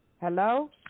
Hello